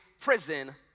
prison